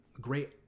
great